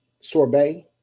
sorbet